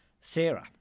Sarah